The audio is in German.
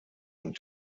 und